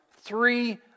three